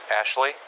Ashley